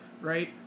right